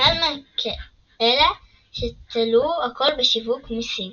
החל מכאלה שתלו הכול בשיווק מסיבי,